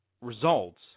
results